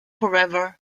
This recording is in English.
forever